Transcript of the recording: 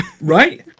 Right